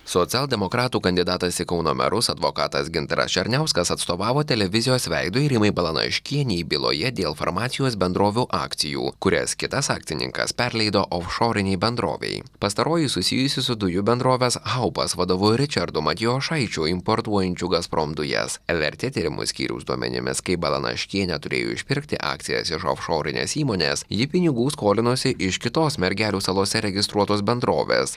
socialdemokratų kandidatas į kauno merus advokatas gintaras černiauskas atstovavo televizijos veidui rimai balanaškienei byloje dėl farmacijos bendrovių akcijų kurias kitas akcininkas perleido ofšorinei bendrovei pastaroji susijusi su dujų bendrovės haupas vadovu ričardu matijošaičiu importuojančiu gazprom dujas lrt tyrimų skyriaus duomenimis kai balanaškienė turėjo išpirkti akcijas iš ofšorinės įmonės ji pinigų skolinosi iš kitos mergelių salose registruotos bendrovės